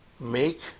make